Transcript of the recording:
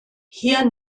hier